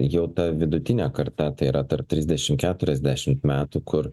jau ta vidutinė karta yra tarp trisdešimt keturiasdešimt metų kur